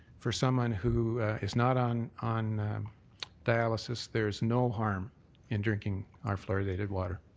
for someone who is not on on dialysis, there's no harm in drinking our flour dated water.